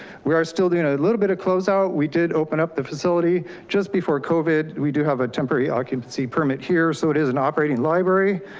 we are still doing you know a little bit of closeout. we did open up the facility just before covid. we do have a temporary occupancy permit here. so it is an operating library.